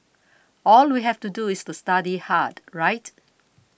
all we have to do is to study hard right